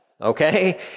Okay